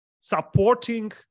supporting